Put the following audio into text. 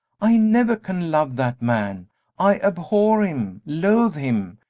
i never can love that man i abhor him loathe him!